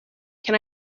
can